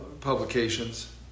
publications